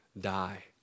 die